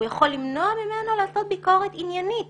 הוא יכול למנוע ממנו לעשות ביקורת עניינית